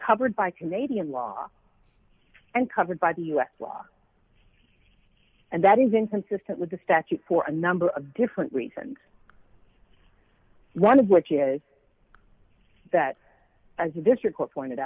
covered by canadian law and covered by the us law and that is inconsistent with the statute for a number of different reasons one of which is that as a district court pointed